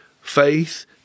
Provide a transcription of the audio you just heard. faith